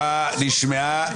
דעתך נשמעה.